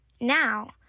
Now